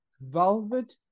velvet